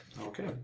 Okay